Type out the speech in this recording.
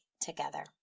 together